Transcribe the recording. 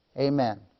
Amen